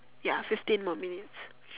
ya fifteen more minutes